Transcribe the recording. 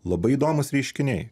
labai įdomūs reiškiniai